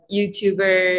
YouTuber